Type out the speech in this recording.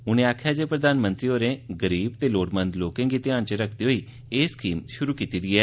उनें आक्खेया जे प्रधानमंत्री होरें गरीब ते लोड़मंद लोकें गी ध्यान च रक्खदे होई ए स्कीम शुरु कीती दी ऐ